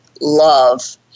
love